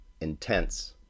intense